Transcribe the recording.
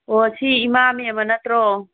ꯑꯣ ꯁꯤ ꯏꯃꯥ ꯃꯦꯃ ꯅꯠꯇ꯭ꯔꯣ